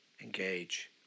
engage